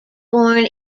born